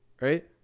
right